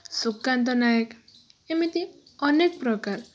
ସୁକାନ୍ତ ନାଏକ ଏମିତି ଅନେକ ପ୍ରକାର